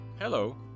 Hello